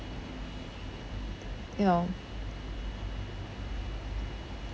you know